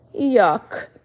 Yuck